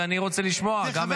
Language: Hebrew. ואני רוצה לשמוע גם את דבריו.